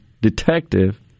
detective